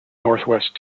northwest